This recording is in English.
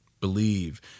believe